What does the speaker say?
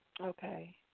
Okay